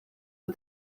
der